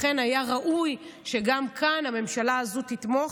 לכן היה ראוי שגם כאן הממשלה הזאת תתמוך,